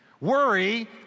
Worry